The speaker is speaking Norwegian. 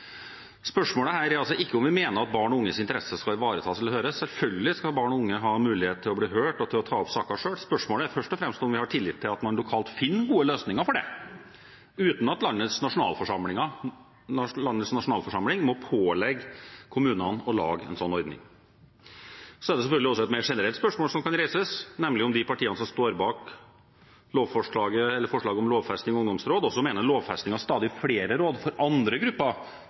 Spørsmålet her er ikke om vi mener at barn og unges interesser skal ivaretas eller høres – selvfølgelig skal barn og unge ha mulighet til å bli hørt og til å ta opp saker selv. Spørsmålet er først og fremst om vi har tillit til at man lokalt finner gode løsninger for det, uten at landets nasjonalforsamling må pålegge kommunene å lage en slik ordning. Det er selvfølgelig også et mer generelt spørsmål som kan reises, nemlig om de partiene som står bak forslaget om lovfesting av ungdomsråd, også mener lovfesting av stadig flere råd for andre grupper